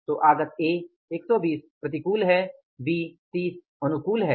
तो आगत ए 120 प्रतिकूल है बी 30 अनुकूल है